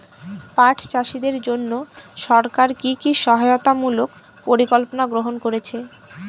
পাট চাষীদের জন্য সরকার কি কি সহায়তামূলক পরিকল্পনা গ্রহণ করেছে?